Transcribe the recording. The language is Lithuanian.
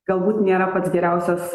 galbūt nėra pats geriausias